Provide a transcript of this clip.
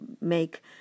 make